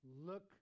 Look